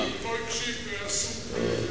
הוא לא הקשיב והיה עסוק בדברים אחרים.